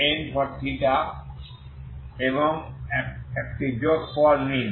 unθ এবং একটি যোগফল নিন